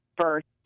first